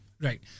Right